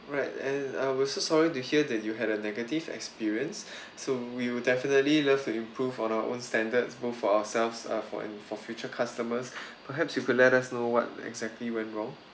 right and I was uh sorry to hear that you had a negative experience so we will definitely love to improve on our own standards both for ourselves err for an for future customers perhaps you could let us know what exactly went wrong